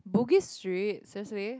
Bugis Street seriously